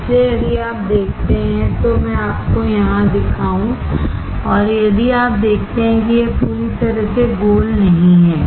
इसलिए यदि आप देखते हैं तो मैं आपको यहां दिखाऊं और यदि आप देखते हैं कि यह पूरी तरह से गोल नहीं है